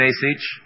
message